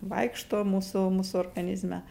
vaikšto mūsų mūsų organizme